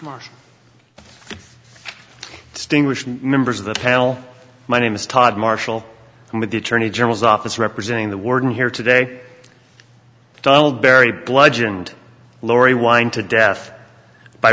sting members of the panel my name is todd marshall and with the attorney general's office representing the warden here today donald berry bludgeoned laurie wind to death by